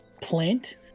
plant